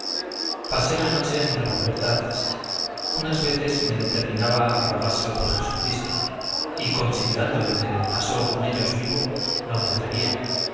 pasé la noche en revolver trazas unas veces me determinaba a rogárselo por jesucristo y considerando lo que le pasó con ellos vivo no me atrevía